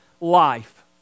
life